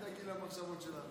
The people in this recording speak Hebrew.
תודה רבה, תודה רבה.